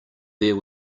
there